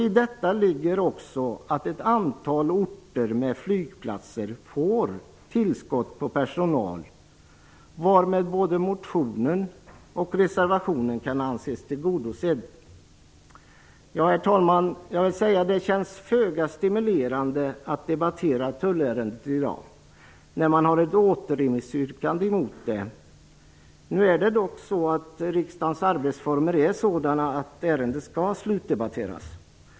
I detta ligger också att ett antal orter med flygplatser får tillskott på personal, varmed både motionen och reservationen kan anses tillgodosedda. Herr talman! Det känns föga stimulerande att debattera tullärendet i dag, när det finns ett återremissyrkande. Men riksdagens arbetsformer är sådana att ärendet skall slutdebatteras.